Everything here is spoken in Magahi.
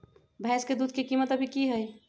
भैंस के दूध के कीमत अभी की हई?